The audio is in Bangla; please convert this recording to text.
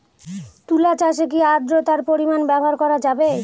তুলা চাষে কি আদ্রর্তার পরিমাণ ব্যবহার করা যাবে?